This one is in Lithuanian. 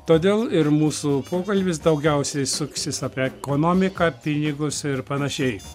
todėl ir mūsų pokalbis daugiausiai suksis apie ekonomiką pinigus ir panašiai